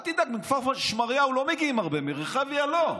אל תדאג, מכפר שמריהו לא מגיעים הרבה, מרחביה, לא.